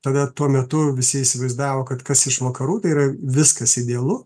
tada tuo metu visi įsivaizdavo kad kas iš vakarų tai yra viskas idealu